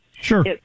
Sure